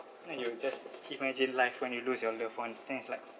then you will just keep imagine life when you lose your loved ones then it's like